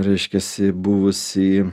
reiškiasi buvusį